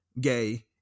gay